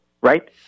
right